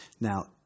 Now